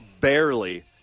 barely